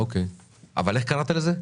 אבל איך קראת לזה?